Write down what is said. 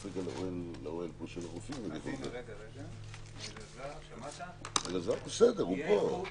ננעלה בשעה 13:00.